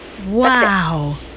wow